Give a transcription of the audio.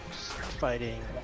Fighting